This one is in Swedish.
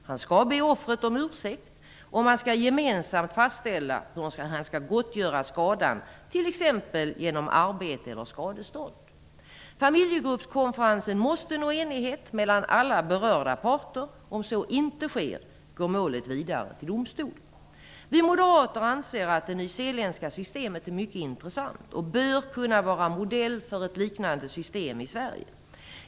Han skall be offret om ursäkt, och man skall gemensamt fastställa hur han skall gottgöra skadan, t.ex. genom arbete eller skadestånd. Familjegruppskonferensen måste nå enighet mellan alla berörda parter. Om så inte sker går målet vidare till domstol. Vi moderater anser att det nyzeeländska systemet är mycket intressant och bör kunna vara modell för ett liknande system i Sverige.